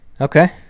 Okay